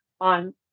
on